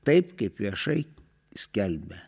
taip kaip viešai skelbia